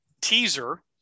teaser